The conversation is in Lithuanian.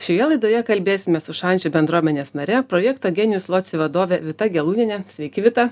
šioje laidoje kalbėsimės su šančių bendruomenės nare projekto genijus loci vadove vita gelūniene sveiki vita